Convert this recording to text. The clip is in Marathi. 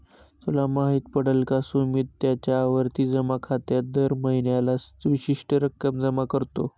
तुला माहित पडल का? सुमित त्याच्या आवर्ती जमा खात्यात दर महीन्याला विशिष्ट रक्कम जमा करतो